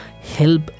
help